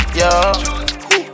yo